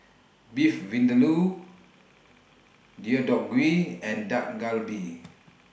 Beef Vindaloo Deodeok Gui and Dak Galbi